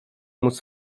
móc